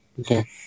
Okay